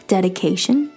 Dedication